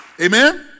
Amen